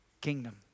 kingdom